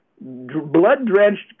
blood-drenched